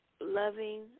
loving